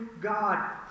God